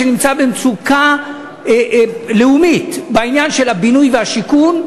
שנמצא במצוקה לאומית בעניין של הבינוי והשיכון,